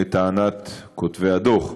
לטענת כותבי הדוח,